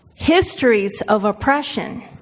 histories of oppression.